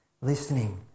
listening